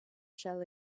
shell